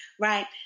right